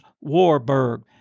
Warburg